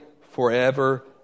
forever